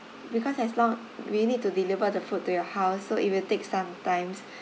because as long we need to deliver the food to your house so it'll take some times